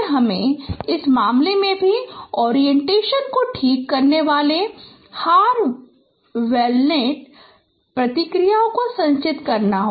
इसलिए हमें इस मामले में भी ओरिएंटेशन को ठीक करने वाले हार वेवलेट प्रतिक्रियाओं को संचित करना होगा